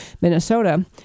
Minnesota